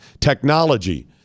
Technology